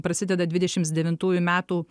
prasideda dvidešimt devintųjų metų